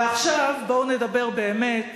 ועכשיו בואו נדבר באמת